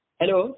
hello